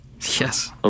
yes